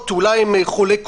אולי הם חולי קורונה,